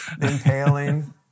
impaling